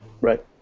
Right